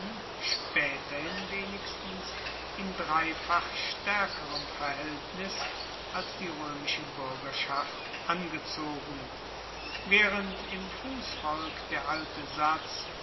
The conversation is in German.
spaeterhin wenigstens in dreifach staerkerem verhaeltnis als die roemische buergerschaft angezogen waehrend im fussvolk der alte satz